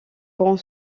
grand